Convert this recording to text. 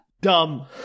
dumb